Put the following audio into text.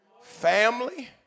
family